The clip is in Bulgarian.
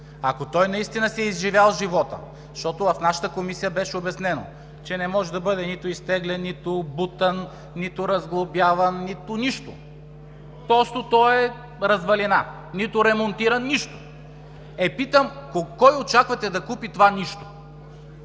ако той наистина си е изживял живота, защото в нашата комисия беше обяснено, че не може да бъде нито изтеглен, нито бутан, нито разглобяван, нито нищо, просто той е развалина, нито ремонтиран, нищо! Е, питам: кой очаквате да купи това нищо?